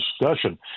discussion